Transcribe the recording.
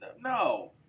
no